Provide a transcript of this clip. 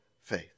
faith